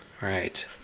right